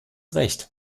recht